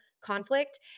conflict